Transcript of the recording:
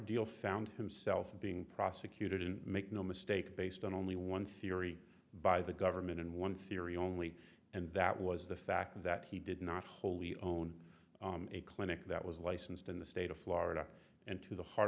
deal found himself being prosecuted and make no mistake based on only one theory by the government and one theory only and that was the fact that he did not wholly own a clinic that was licensed in the state of florida and to the heart